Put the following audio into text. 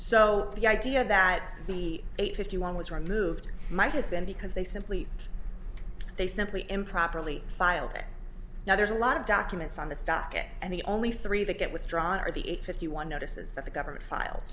so the idea that the eight fifty one was removed might have been because they simply they simply improperly filed it now there's a lot of documents on the stuck it and the only three they get withdrawn are the eight fifty one notices that the government file